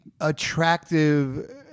attractive